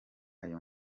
ayo